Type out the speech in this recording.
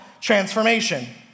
transformation